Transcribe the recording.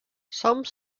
some